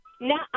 No